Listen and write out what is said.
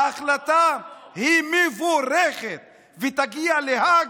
ההחלטה היא מבורכת ותגיע להאג.